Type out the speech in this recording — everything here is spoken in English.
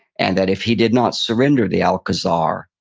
and that if he did not surrender the alcazar,